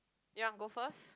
you want go first